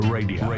Radio